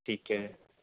ਠੀਕ ਹੈ